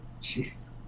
jeez